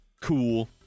cool